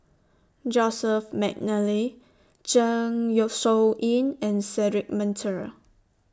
Joseph Mcnally Zeng Shouyin and Cedric Monteiro